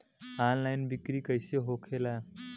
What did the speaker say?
Online बिक्री कैसे होखेला?